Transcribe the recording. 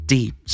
Deep